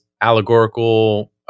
allegorical